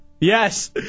Yes